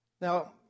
Now